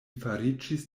fariĝis